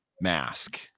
mask